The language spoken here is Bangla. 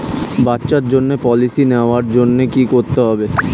বাচ্চার জন্য পলিসি নেওয়ার জন্য কি করতে হবে?